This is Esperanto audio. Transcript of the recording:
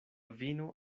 vino